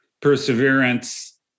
perseverance